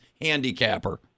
handicapper